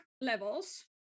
levels